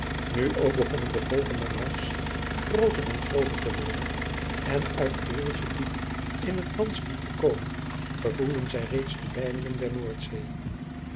nu ook begonnen de golven der maas grooter en grooter te worden en uit het brielsche diep in het landsdiep gekomen gevoelden zij reeds de deiningen der noordzee